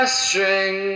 string